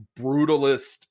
brutalist